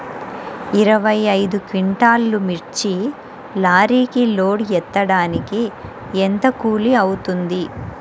ఇరవై ఐదు క్వింటాల్లు మిర్చి లారీకి లోడ్ ఎత్తడానికి ఎంత కూలి అవుతుంది?